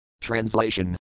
Translation